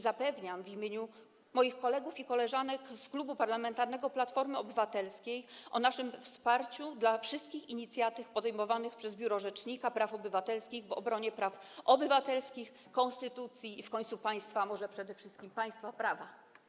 Zapewniam w imieniu moich kolegów i koleżanek z Klubu Parlamentarnego Platforma Obywatelska o naszym wsparciu dla wszystkich inicjatyw podejmowanych przez Biuro Rzecznika Praw Obywatelskich w obronie praw obywatelskich, konstytucji i w końcu państwa, a może przede wszystkim państwa prawa.